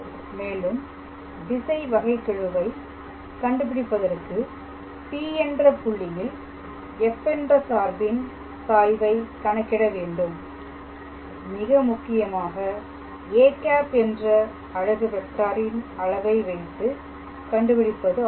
மேலும் திசை வகைக்கெழு வை கண்டுபிடிப்பதற்கு P என்ற புள்ளியில் f என்ற சார்பின் சாய்வை கணக்கிட வேண்டும் மிக முக்கியமாக â என்ற அலகு வெக்டாரின் அளவை வைத்து கண்டுபிடிப்பது ஆகும்